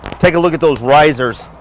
take a look at those risers.